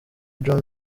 john